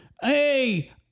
Hey